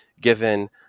given